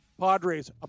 Padres